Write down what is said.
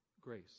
grace